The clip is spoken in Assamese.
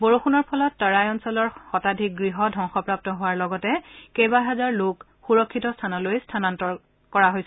বৰযুণৰ ফলত তাৰাই অঞ্চলৰ শতাধিক গ্যহ ধবংসপ্ৰাপ্ত হোৱাৰ লগতে কেইবা হাজাৰ লোকক সুৰক্ষিত স্থানলৈ স্থানান্তৰিত কৰা হৈছে